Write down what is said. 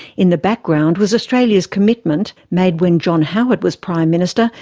in the background was australia's commitment, made when john howard was prime minister,